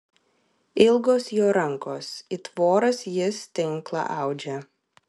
ilgos jo rankos it voras jis tinklą audžia